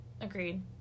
agreed